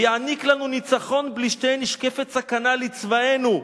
ויעניק לנו ניצחון בלי שנשקפת סכנה לצבאנו,